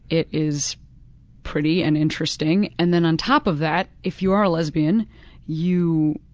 it is pretty and interesting and then on top of that, if you are lesbian you